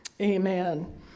amen